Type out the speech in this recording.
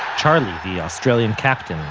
charlie, the australian captain,